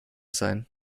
sein